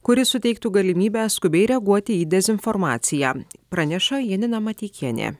kuri suteiktų galimybę skubiai reaguoti į dezinformaciją praneša janina mateikienė